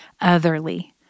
otherly